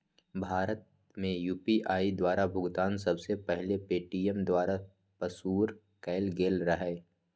भारत में यू.पी.आई द्वारा भुगतान सबसे पहिल पेटीएमें द्वारा पशुरु कएल गेल रहै